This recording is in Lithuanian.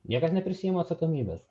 niekas neprisiima atsakomybės